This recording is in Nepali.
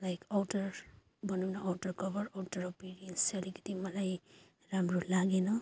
लाइक आउटर भनौँ न आउटर कभर आउटर एपिरियन्स चाहिँ अलिकति मलाई राम्रो लागेन